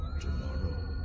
tomorrow